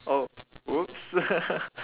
oh whoops